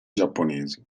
giapponesi